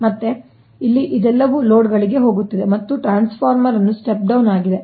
ಮತ್ತು ಮತ್ತೆ ಇಲ್ಲಿ ಇದೆಲ್ಲವೂ ಲೋಡ್ಗಳಿಗೆ ಹೋಗುತ್ತಿದೆ ಇದು ಮತ್ತೊಮ್ಮೆ ಟ್ರಾನ್ಸ್ಫಾರ್ಮರ್ ಅನ್ನು ಸ್ಟೆಪ್ ಡೌನ್ ಆಗಿದೆ